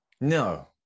No